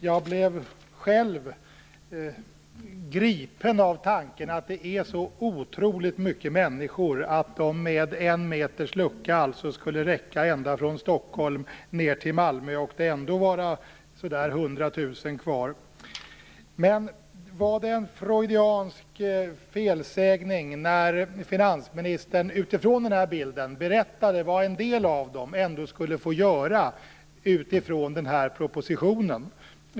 Jag blev själv gripen av tanken att det handlar om så otroligt många människor att de med en meters lucka skulle räcka från Stockholm ända ned till Malmö, och att det ändå skulle vara så där 100 000 Var det en freudiansk felsägning när finansministern med anledning av denna bild berättade vad en del av dem ändå skulle få göra, utifrån propositionen?